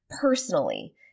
personally